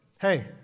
hey